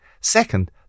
Second